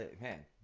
man